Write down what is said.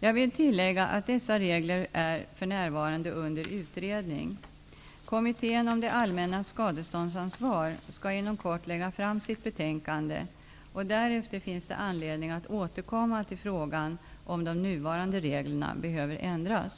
Jag vill tillägga att dessa regler för närvarande är under utredning. Kommittén om det allmännas skadeståndsansvar skall inom kort lägga fram sitt betänkande. Därefter finns det anledning att återkomma till frågan om de nuvarande reglerna behöver ändras.